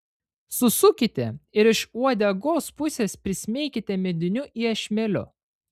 susukite ir iš uodegos pusės prismeikite mediniu iešmeliu